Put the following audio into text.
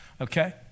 Okay